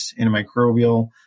antimicrobial